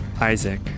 Isaac